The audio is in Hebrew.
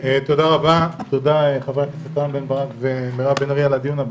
תודה רבה חברי הכנסת יו"ר ועדת החו"ב רם בן